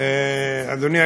אדוני.